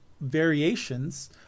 variations